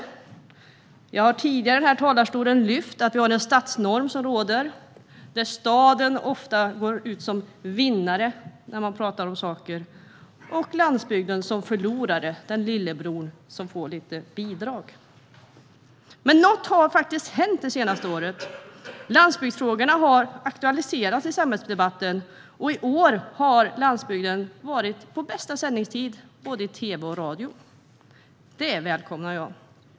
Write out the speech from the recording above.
Och jag har tidigare i talarstolen tagit upp att det råder en stadsnorm, där staden ofta går ut som vinnare när man talar om saker och landsbygden som förlorare, en lillebror som får lite bidrag. Under det senaste året har dock något hänt. Landsbygdsfrågorna har aktualiserats i samhällsdebatten. I år har landsbygden speglats på bästa sändningstid i både tv och radio. Det välkomnar jag.